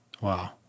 Wow